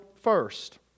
first